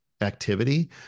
activity